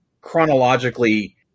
chronologically